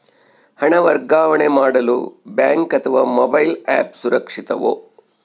ಹಣ ವರ್ಗಾವಣೆ ಮಾಡಲು ಬ್ಯಾಂಕ್ ಅಥವಾ ಮೋಬೈಲ್ ಆ್ಯಪ್ ಸುರಕ್ಷಿತವೋ?